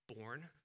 born